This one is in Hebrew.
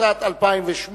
התשס"ט 2008,